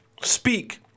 speak